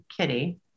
Kitty